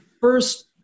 first